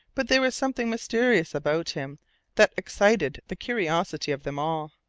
but there was something mysterious about him that excited the curiosity of them all.